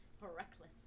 Reckless